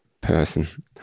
person